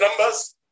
numbers